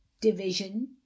Division